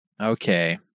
Okay